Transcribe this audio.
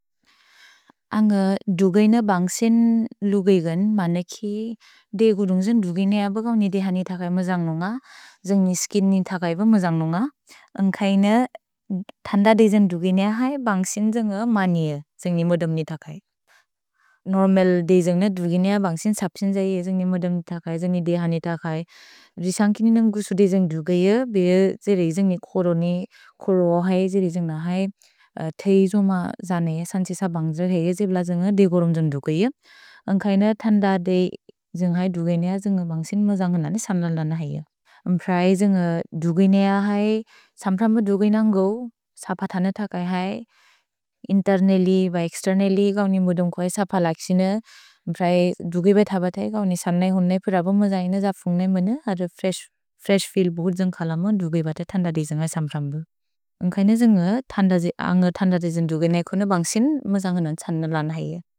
अन्ग दुगेइन बन्ग्सिन् लुगेइगन् मनेकि देगुदुन्ग्जुन् दुगिनेअ बगौनि देहनि तकै मजन्ग्लुन्ग, जन्ग्नि स्किनि तकै प मजन्ग्लुन्ग। अन्ग्कैन थन्द देजेन् दुगिनेअ है, बन्ग्सिन् जन्ग मनिये, जन्ग्नि मोदम्नि तकै। नोर्मल् देजेन् दुगिनेअ बन्ग्सिन् सप्सिन् जये, जन्ग्नि मोदम्नि तकै, जन्ग्नि देहनि तकै। रिशन् किनि नन्गुसु देजेन् दुगिअ, बिअ जेरे जन्ग्नि कोरो है, जेरे जन्ग्न है, थेइ जो म जने सन्छेस बन्ग्जिल् हेइ, जिब्ल जन्ग देगुरुन्ग्जुन् दुगिअ। अन्ग्कैन थन्द देजेन् है दुगिनेअ जन्ग बन्ग्सिन् मजन्ग्लुन्ग न है। म्प्रए जन्ग दुगिनेअ है, सम्प्र म दुगिन न्गौ, सप थन तकै है, इन्तेर्नल्ल्य् ब एक्स्तेर्नल्ल्य् गौनि मोदम्को है सप लक्सिन। म्प्रए दुगिबेत बत् है, गौनि सन्ने हुन्ने, पिर बो म जने जफुन्ग्ने, मेने हर फ्रेश् फील् बोहुत् जन्ग् कलम दुगिबेत थन्द देजेन् है सम्प्रम्बु। अन्ग्कैन जन्ग अन्ग थन्द देजेन् दुगिनेअ है, कोनो बन्ग्सिन् म जन्गे नोन् त्सन्द लन् है।